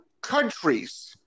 countries